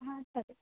हां चालेल